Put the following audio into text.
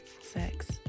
sex